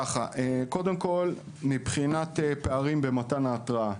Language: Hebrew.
קודם כול, מבחינת הפערים במתן ההתרעה.